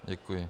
Děkuji.